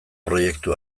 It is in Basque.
proiektu